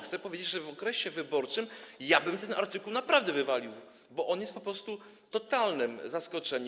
Chcę powiedzieć, że w okresie wyborczym ja bym ten artykuł naprawdę wywalił, bo on jest po prostu totalnym zaskoczeniem.